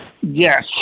Yes